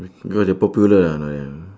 ya lah popular lah now ya